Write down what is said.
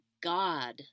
God